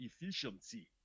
efficiency